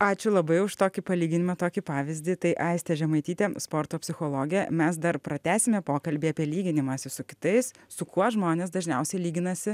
ačiū labai už tokį palyginimą tokį pavyzdį tai aistė žemaitytė sporto psichologė mes dar pratęsime pokalbį apie lyginimąsi su kitais su kuo žmonės dažniausiai lyginasi